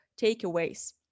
takeaways